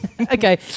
Okay